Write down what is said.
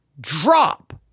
drop